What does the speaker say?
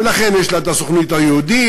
ולכן יש לה את הסוכנות היהודית,